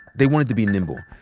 they wanted to be nimble,